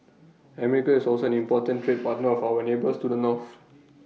America is also an important trade partner of our neighbours to the north